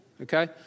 okay